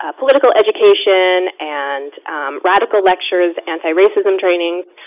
ah political education and radical lectures, anti-racism trainings.